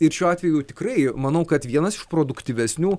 ir šiuo atveju tikrai manau kad vienas iš produktyvesnių